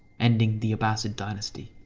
ending the abbasid dynasty.